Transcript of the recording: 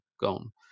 gone